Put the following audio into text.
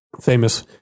famous